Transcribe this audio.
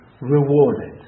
rewarded